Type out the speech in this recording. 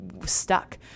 stuck